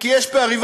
כי יש פערים,